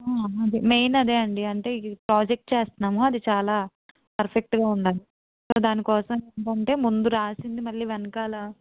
అదే మెయిన్ అది అండి అంటే ఈ ప్రాజెక్ట్ చేస్తున్నాము అది చాలా పర్ఫెక్ట్గా ఉండాలి సో దానికోసం ఏంటంటే ముందు రాసింది మళ్ళీ వెనకాల